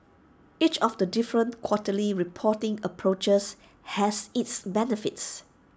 each of the different quarterly reporting approaches has its benefits